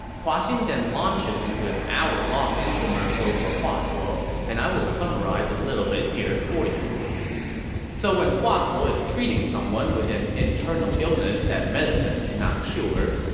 hua xin then launches into an hourlong infomercial for hua tuo, and i will summarize a little bit here for you so when hua tuo is treating someone with an internal illness that medicine cannot cure,